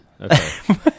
Okay